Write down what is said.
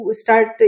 start